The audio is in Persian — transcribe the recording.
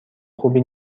خوبی